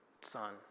son